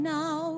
now